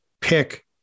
pick